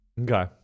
Okay